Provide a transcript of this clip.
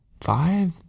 Five